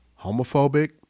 homophobic